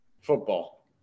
football